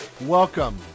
Welcome